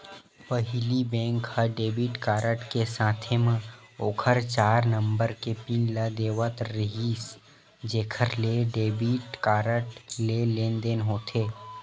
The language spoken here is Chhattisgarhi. पहिली बेंक ह डेबिट कारड के साथे म ओखर चार नंबर के पिन ल देवत रिहिस जेखर ले डेबिट कारड ले लेनदेन होथे